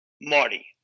Marty